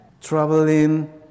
traveling